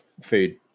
food